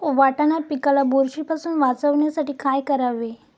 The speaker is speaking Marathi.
वाटाणा पिकाला बुरशीपासून वाचवण्यासाठी काय करावे?